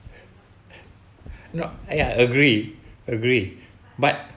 not ya agree agree but